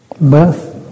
Birth